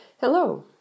Hello